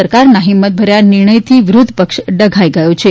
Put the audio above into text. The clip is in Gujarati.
સરકારના હિમત ભર્યા નિર્ણયથી વિરોધ પક્ષ ડઘાઇ ગયો છે